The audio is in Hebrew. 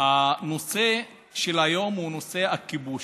הנושא של היום הוא נושא הכיבוש,